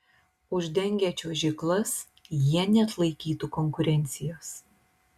uždengę čiuožyklas jie neatlaikytų konkurencijos